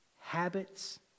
habits